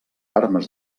armes